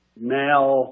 male